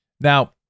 Now